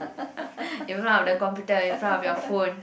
in front of the computer in front of your phone